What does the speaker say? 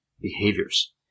behaviors